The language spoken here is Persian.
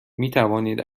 میتوانید